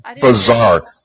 bizarre